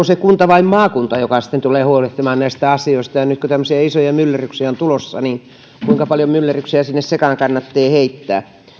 se kunta vai maakunta joka sitten tulee huolehtimaan näistä asioista ja nyt kun tämmöisiä isoja myllerryksiä on tulossa kuinka paljon myllerryksiä sinne sekaan kannattaa heittää